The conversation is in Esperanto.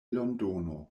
londono